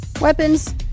weapons